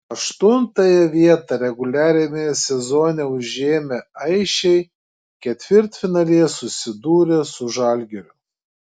aštuntąją vietą reguliariajame sezone užėmę aisčiai ketvirtfinalyje susidūrė su žalgiriu